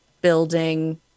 building